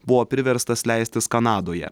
buvo priverstas leistis kanadoje